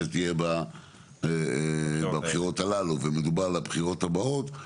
תהיה בבחירות הללו ומדובר על הבחירות הבאות.